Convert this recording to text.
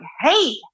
hey